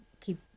keep